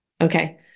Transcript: Okay